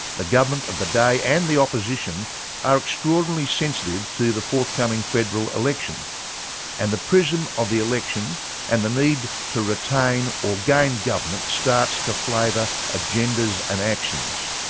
the government of the day and the opposition are extraordinarily sensitive to the forthcoming federal election and the prism of the election and the need to retain or gain government starts to flavour agendas and actions.